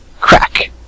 Crack